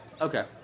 Okay